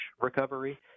recovery